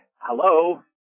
hello